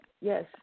yes